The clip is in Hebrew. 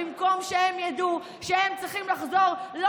במקום שהם ידעו שהם צריכים לחזור לא